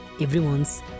everyone's